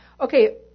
Okay